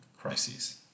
crises